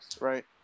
right